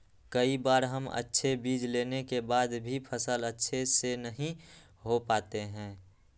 कई बार हम अच्छे बीज लेने के बाद भी फसल अच्छे से नहीं हो पाते हैं?